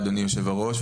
אדוני היושב ראש,